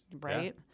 Right